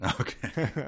Okay